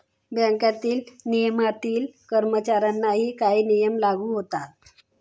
bank नियमनातील कर्मचाऱ्यांनाही काही नियम लागू होतात